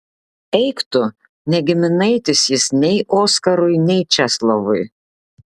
eik tu ne giminaitis jis nei oskarui nei česlovui